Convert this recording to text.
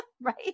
right